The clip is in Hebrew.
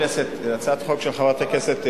הצעת החוק של חברת הכנסת סולודקין,